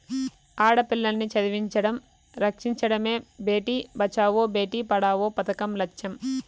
ఆడపిల్లల్ని చదివించడం, రక్షించడమే భేటీ బచావో బేటీ పడావో పదకం లచ్చెం